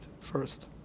first